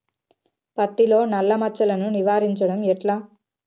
పత్తిలో నల్లా మచ్చలను నివారించడం ఎట్లా?